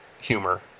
humor